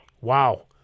Wow